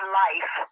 life